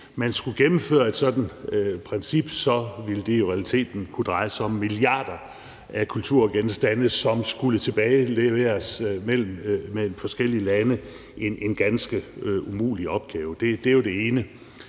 man skulle gennemføre et sådant princip, ville det jo i realiteten kunne dreje sig om milliarder af kulturgenstande, som skulle tilbageleveres mellem forskellige lande – en ganske umulig opgave. Det er det ene.